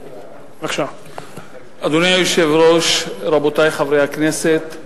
אדוני היושב-ראש, רבותי חברי הכנסת,